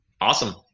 Awesome